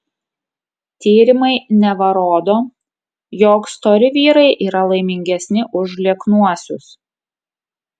tyrimai neva rodo jog stori vyrai yra laimingesni už lieknuosius